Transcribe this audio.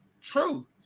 True